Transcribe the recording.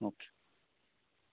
okay